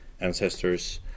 ancestors